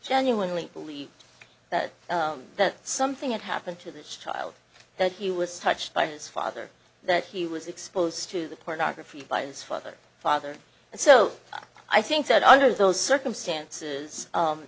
genuinely believed that that something had happened to this child that he was touched by his father that he was exposed to the pornography by his father father and so i think that under those circumstances